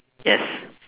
yes